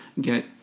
get